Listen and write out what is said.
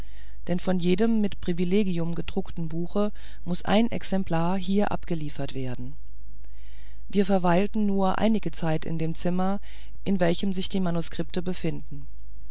denn von jedem mit privilegium gedruckten buche muß ein exemplar hier abgeliefert werden wir verweilten nur einige zeit in dem zimmer in welchem sich die manuskripte befinden